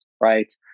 right